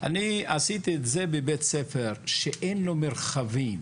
אני עשיתי את זה בבית ספר שאין לו מרחבים.